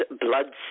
blood